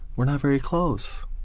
we're not very close!